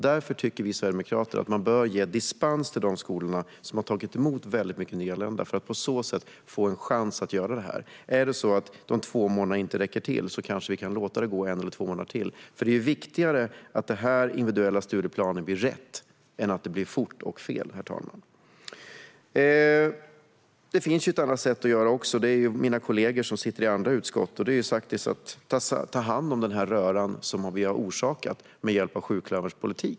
Därför tycker vi sverigedemokrater att man bör ge dispens till de skolor som har tagit emot väldigt många nyanlända för att de på så sätt ska få en chans att göra det här. Om de två månaderna inte räcker kanske vi kan låta det gå en eller två månader till, för det är viktigare att den individuella studieplanen blir rätt än att det blir fort och fel. Det finns ett annat sätt att göra detta, enligt mig och mina kollegor i andra utskott, och det är att ta hand om röran som sjuklöverns politik har orsakat.